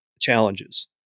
challenges